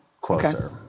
closer